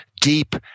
deep